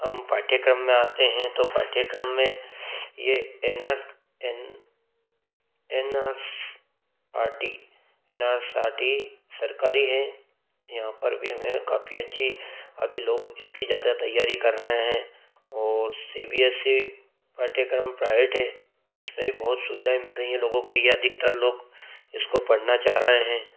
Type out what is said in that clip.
हम पाठ्यक्रम में आते हैं तो पाठ्यक्रम में ये N R N N R R T N R सा टी सरकारी है यहाँ पर भी हमें काफ़ी अच्छी अभी लोग इसकी ज़्यादा तैयारी कर रहे हैं और सी बी एस ई पाठ्यक्रम प्राइवेट है इसमें भी बहुत सुविधाएं मिल रही है लोगों को ये अधिकतर लोग इसको पढ़ना चाह रहे हैं